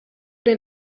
den